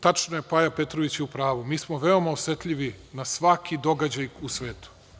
Tačno je, Paja Petrović je u pravu, mi smo veoma osetljivi na svaki događaj u svetu.